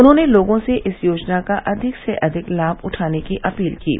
उन्होंने लोगों से इस योजना का अधिक से अधिक लाभ उठाने की अपील की है